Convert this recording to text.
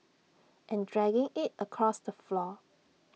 and dragging IT across the floor